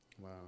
Wow